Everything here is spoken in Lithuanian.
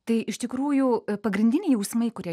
tai iš tikrųjų pagrindiniai jausmai kurie